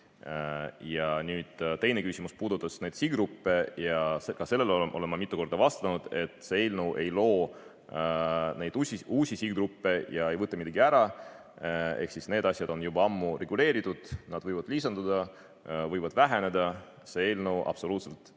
Ja nüüd teine küsimus puudutas neid sihtgruppe ja ka sellele olen ma mitu korda vastanud, et see eelnõu ei loo uusi sihtgruppe ega võta [kelleltki] midagi ära. Ehk siis need asjad on juba ammu reguleeritud, neid võib lisanduda, võib väheneda, see eelnõu absoluutselt